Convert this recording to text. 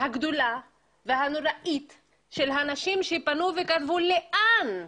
הגדולה והנוראית של האנשים שפנו וכתבו לאן.